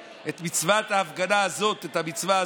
אז אתם תקבלו הערב עוד